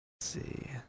see